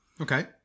Okay